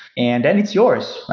and and it's yours.